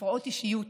הפרעות אישיות.